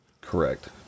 Correct